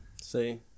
See